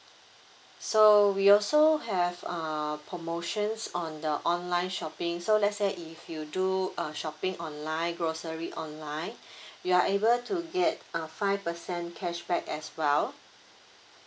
so we also have err promotions on the online shopping so let's say if you do a shopping online grocery online you are able to get uh five percent cashback as well